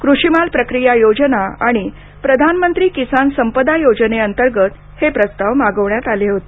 कृषीमाल प्रक्रिया योजना आणि प्रधानमंत्री किसान संपदा योजनेअंतर्गत हे प्रस्ताव मागवण्यात आले होते